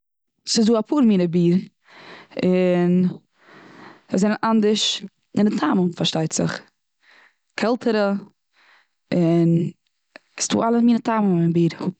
ס'איז דא אפאר מיני ביר און וואס זענען אנדערש און טעמים פארשטייט זיך. קעלטערע און ס'איז דא אלעמיני טעמים און ביר.